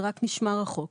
זה רק נשמע רחוק.